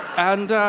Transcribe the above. and